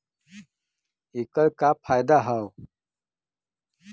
ऐकर का फायदा हव?